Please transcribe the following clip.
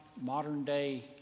modern-day